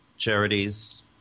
charities